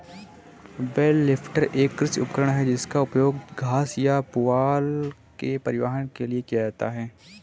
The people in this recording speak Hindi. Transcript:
बेल लिफ्टर एक कृषि उपकरण है जिसका उपयोग घास या पुआल के परिवहन के लिए किया जाता है